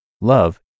love